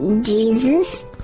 Jesus